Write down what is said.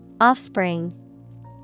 Offspring